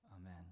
amen